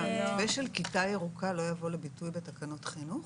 הנושא של כיתה ירוקה לא יבוא לידי ביטוי בתקנות החינוך?